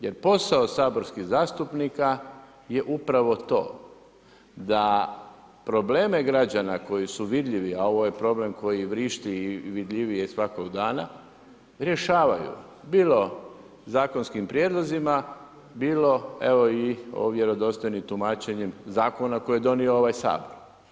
Jer posao saborskih zastupnika je upravo to da probleme građana koji su vidljivi, a ovo je problem koji vrišti i vidljiviji je svakog dana, rješavaju bilo zakonskim prijedlozima, bilo evo i ovim vjerodostojnim tumačenjem Zakona koji je donio ovaj Sabor.